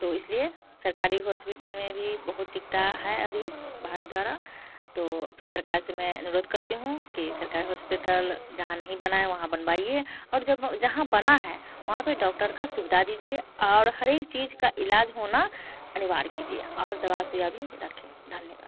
तो इसलिए सरकारी होस्पिटल में भी बहुत दिखता है अभी भारत द्वारा तो अपने सरकार से मैं अनुरोध करती हूँ कि सरकारी होस्पिटल जहाँ नहीं बना है वहाँ बनवाइए और जब जहाँ बना है वहाँ पे डॉक्टर का सुविधा दीजिए और हर एक चीज का इलाज होना अनिवार्य कीजिए और दवा सुविधा भी रखें धन्यवाद